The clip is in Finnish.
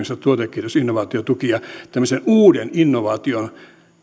näitä tutkimus tuotekehitys ja innovaatiotukia tämmöisen uuden innovaation